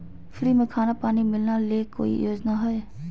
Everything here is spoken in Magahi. फ्री में खाना पानी मिलना ले कोइ योजना हय?